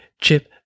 chip